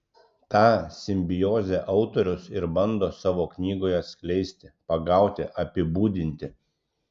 tą simbiozę autorius ir bando savo knygoje atskleisti pagauti apibūdinti